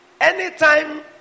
anytime